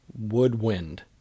woodwind